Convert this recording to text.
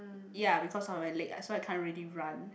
ya because of my leg so I can't really run